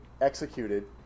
executed